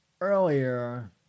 earlier